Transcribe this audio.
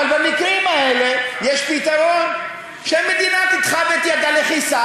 אבל במקרים האלה יש פתרון: שהמדינה תתחב את ידה לכיסה